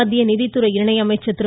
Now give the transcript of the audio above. மத்திய நிதித்துறை இணை அமைச்சர் திரு